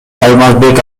алмазбек